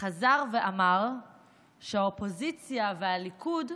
חזר ואמר שהאופוזיציה והליכוד,